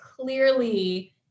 clearly